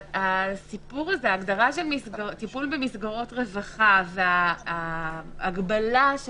ההגדרה של טיפול במסגרות רווחה וההגבלה של